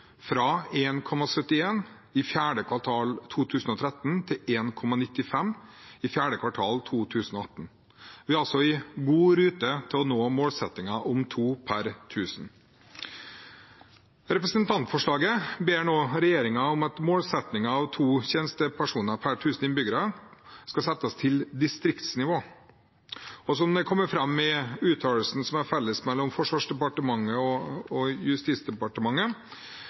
fra 1,71 i fjerde kvartal 2013 til 1,95 i fjerde kvartal 2018. Vi er altså i god rute til å nå målsettingen om to per tusen. I representantforslaget ber man regjeringen om at målsettingen om to tjenestepersoner per tusen innbyggere skal settes til distriktsnivå. Som det kommer fram i uttalelsene som er felles mellom Forsvarsdepartementet og Justisdepartementet